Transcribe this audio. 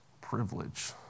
privilege